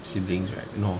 siblings right no